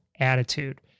attitude